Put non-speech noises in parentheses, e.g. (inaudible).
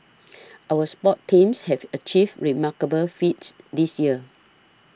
(noise) our sports teams have achieved remarkable feats this year